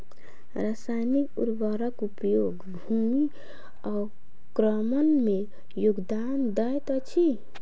रासायनिक उर्वरक उपयोग भूमि अवक्रमण में योगदान दैत अछि